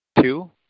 two